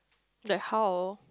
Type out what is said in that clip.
like how